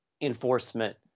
enforcement